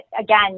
again